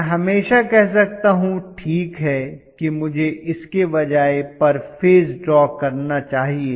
मैं हमेशा कह सकता हूं ठीक है कि मुझे इसके बजाय पर फेज ड्रॉ करना चाहिए